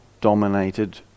dominated